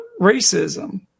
racism